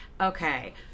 Okay